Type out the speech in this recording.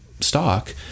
stock